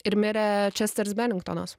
ir mirė česteris velingtonas